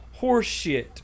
horseshit